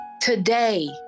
Today